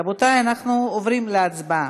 רבותי, אנחנו עוברים להצבעה.